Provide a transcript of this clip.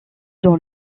dans